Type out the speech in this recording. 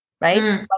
right